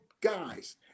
guys